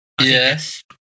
Yes